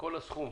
שכל הסכום